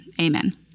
amen